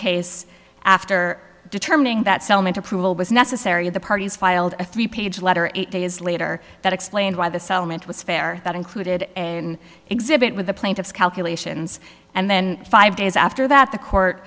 case after determining that settlement approval was necessary the parties filed a three page letter eight days later that explained why the settlement was fair that included an exhibit with the plaintiff's calculations and then five days after that the court